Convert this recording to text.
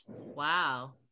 Wow